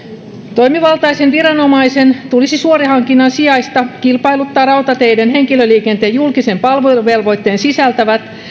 toimivaltaisen viranomaisen tulisi suorahankinnan sijasta kilpailuttaa rautateiden henkilöliikenteen julkisen palveluvelvoitteen sisältävät